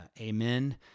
Amen